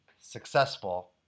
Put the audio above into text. successful